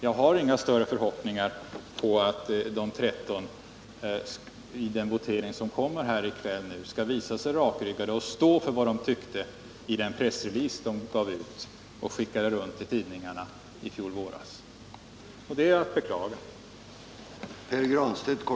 Jag har ingen större förhoppning om att de 13 centerpartisterna, i den votering som följer här i kväll, skall visa sig rakryggade och stå för det de sade i den pressrelease som gavs ut i fjol våras och som refererades i olika tidningar.